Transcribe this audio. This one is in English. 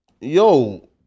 yo